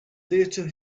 theater